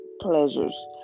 pleasures